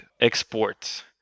exports